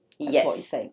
Yes